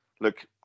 look